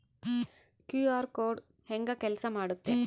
QR code ಹೆಂಗ ಕೆಲಸ ಮಾಡುತ್ತೆ?